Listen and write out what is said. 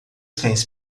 cães